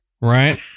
Right